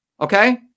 okay